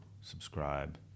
subscribe